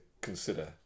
consider